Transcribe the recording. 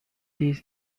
these